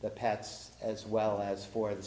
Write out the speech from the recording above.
the pats as well as for the